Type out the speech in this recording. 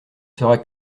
sera